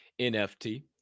nft